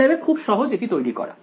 MATLAB এ খুব সহজ এটি তৈরি করা